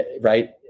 right